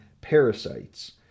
parasites